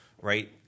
right